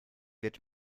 wird